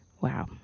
wow